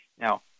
Now